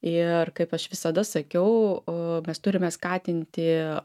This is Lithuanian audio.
ir kaip aš visada sakiau mes turime skatinti